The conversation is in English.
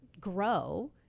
grow